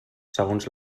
segons